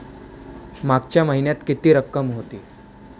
मागच्या महिन्यात किती रक्कम होती?